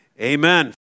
amen